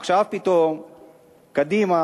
עכשיו פתאום קדימה,